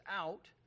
out